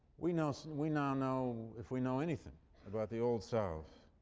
we now so we now know, if we know anything about the old south,